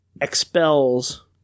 expels